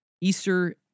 Easter